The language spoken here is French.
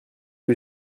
que